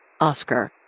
Oscar